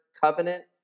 covenant